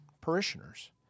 parishioners